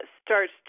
starts